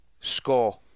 score